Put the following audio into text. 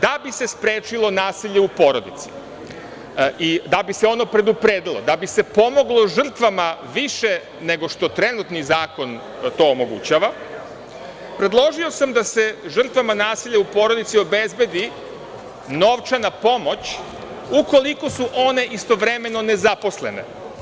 Da bi se sprečilo nasilje u porodici i da bi se ono predupredilo, da bi se pomoglo žrtvama više nego što trenutni zakon to omogućava, predložio sam da se žrtvama nasilja u porodici obezbedi novčana pomoć ukoliko su one istovremeno nezaposlene.